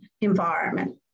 environment